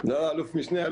אני